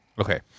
Okay